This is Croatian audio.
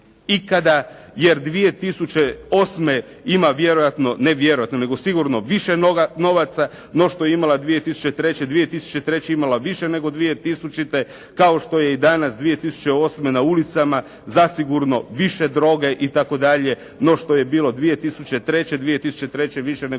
ikada jer 2008. ima vjerojatno, ne vjerojatno nego sigurno više novaca no što je imala 2003., 2003. je imala više nego 2000., kao što je i danas 2008. na ulicama zasigurno više droge itd. no što je bilo 2003., 2003. više nego 2000.